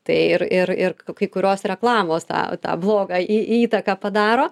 tai ir ir ir kai kurios reklamos tą tą blogą į įtaką padaro